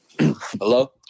Hello